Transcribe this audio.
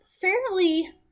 fairly